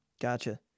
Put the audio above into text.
gotcha